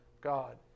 God